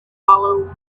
follow